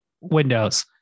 windows